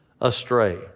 astray